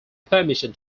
permission